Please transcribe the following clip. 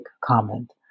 comment